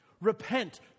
Repent